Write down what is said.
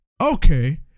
Okay